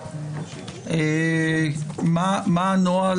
מה הנוהל?